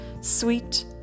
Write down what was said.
sweet